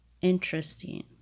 interesting